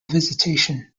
visitation